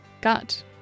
Gut